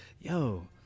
Yo